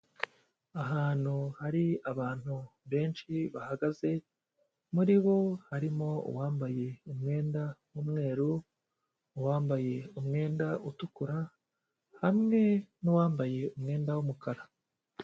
Ahantu hari abantu benshi bahagaze, muri bo harimo uwambaye umwenda w'umweru, uwambaye umwenda utukura, hamwe n'uwambaye umwenda w'umukara.